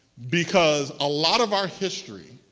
because a lot of our history